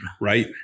Right